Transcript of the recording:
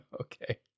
Okay